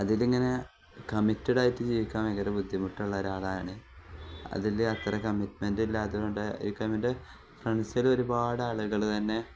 അതിൽ ഇങ്ങനെ കമ്മിറ്റഡായിട്ട് ജീവിക്കാൻ ഭയങ്കര ബുദ്ധിമുട്ടുള്ള ഒരാളാണ് അതിൽ അത്ര കമിറ്റ്മെൻ്റ് ഇല്ലാത്തതുകൊണ്ട് ഫ്രണ്ട്സിൽ ഒരുപാട് ആളുകൾ തന്നെ